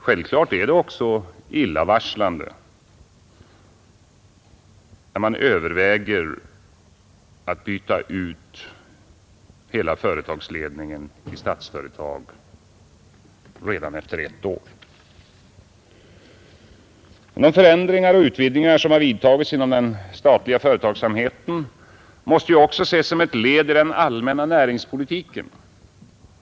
Självklart är det också illavarslande när man överväger att byta ut hela företagsledningen i Statsföretag redan efter ett år. De förändringar och utvidgningar som har vidtagits inom den statliga företagsamheten måste också ses som ett led i den allmänna näringspolitiken.